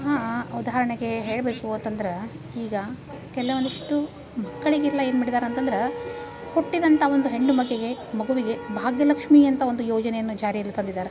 ಹಾಂ ಹಾಂ ಉದಾಹರಣೆಗೆ ಹೇಳಬೇಕು ಅಂತಂದ್ರೆ ಈಗ ಕೆಲವೊಂದಿಷ್ಟು ಮಕ್ಕಳಿಗೆಲ್ಲ ಏನು ಮಾಡಿದಾರೆ ಅಂತಂದ್ರೆ ಹುಟ್ಟಿದಂಥ ಒಂದು ಹೆಣ್ಣು ಮಗುಗೆ ಮಗುವಿಗೆ ಭಾಗ್ಯಲಕ್ಷ್ಮೀ ಅಂತ ಒಂದು ಯೋಜನೆಯನ್ನು ಜಾರಿಯಲ್ಲಿ ತಂದಿದಾರೆ